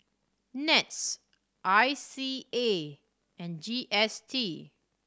NETS I C A and G S T